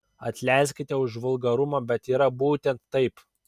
atleiskit už vulgarumą bet yra būtent taip